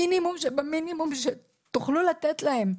מינימום שבמינימום שתוכלו לתת להם.